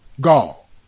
Gall